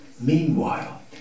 Meanwhile